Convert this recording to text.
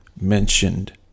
mentioned